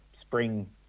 spring